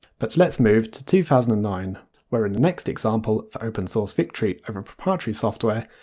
but let's move to two thousand and nine where in the next example for open source victory over proprietary software,